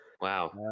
Wow